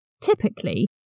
Typically